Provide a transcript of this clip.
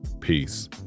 peace